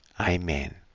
Amen